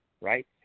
right